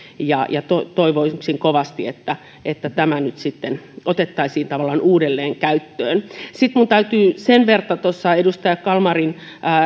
toivoisin kovasti että että tämä nyt otettaisiin tavallaan uudelleen käyttöön sitten minun täytyy sen verran edustaja kalmarin